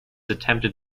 attempted